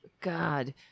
God